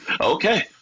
Okay